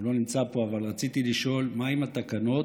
הוא לא נמצא פה, אבל רציתי לשאול מה עם התקנות